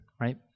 right